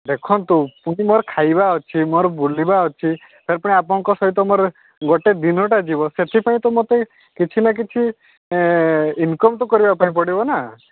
ଦେଖନ୍ତୁ ପୁଣି ମୋର ଖାଇବା ଅଛି ମୋର ବୁଲିବା ଅଛି ତା'ପରେ ପୁଣି ଆପଣଙ୍କ ସହିତ ମୋର ଗୋଟେ ଦିନଟା ଯିବ ସେଥିପାଇଁ ତ ମୋତେ କିଛି ନା କିଛି ଇନକମ୍ ତ କରିବା ପାଇଁ ପଡ଼ିବ ନା